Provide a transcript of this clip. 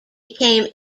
became